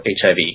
HIV